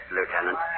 Lieutenant